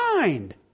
mind